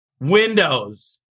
windows